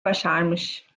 başarmış